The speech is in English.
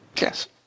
Yes